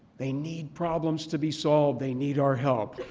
they need problems to be solved. they need our help.